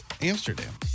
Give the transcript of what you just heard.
Amsterdam